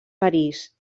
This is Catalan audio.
parís